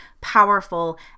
powerful